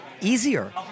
easier